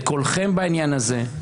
את קולכם בעניין הזה?